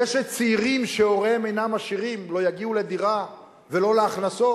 זה שצעירים שהוריהם אינם עשירים לא יגיעו לדירה ולא להכנסות,